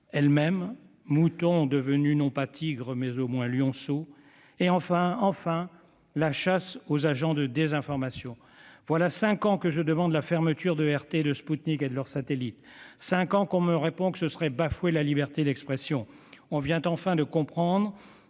elle-même- mouton devenu, non pas tigre, mais au moins lionceau- et, enfin, la chasse aux agents de désinformation. Voilà cinq ans que je demande la fermeture de RT, de Sputnik et de leurs satellites, cinq ans que l'on me répond que ce serait bafouer la liberté d'expression. On vient enfin de comprendre